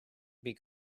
being